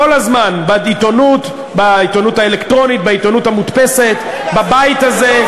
בעיתונות האלקטרונית, בעיתונות המודפסת, בבית הזה.